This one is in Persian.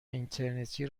اینترنتی